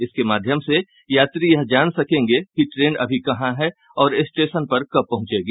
इसके माध्यम से यात्री यह जान सकेंगे कि ट्रेन अभी कहां है और स्टेशन पर कब पहुंचेगी